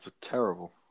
terrible